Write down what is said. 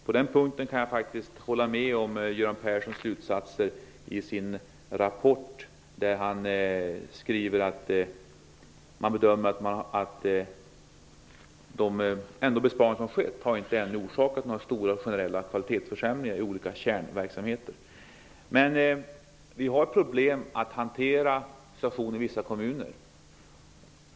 På den punkten kan jag faktiskt hålla med Göran Persson om slutsatserna i hans rapport, där han skriver att han bedömer att de besparingar som skett inte har orsakat några generella kvalitetsförsämringar i kärnverksamheterna. Det är riktigt att vi har problem att hantera situationen i vissa kommuner.